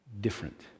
Different